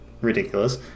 ridiculous